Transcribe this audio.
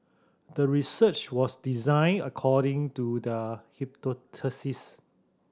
the research was designed according to the hypothesis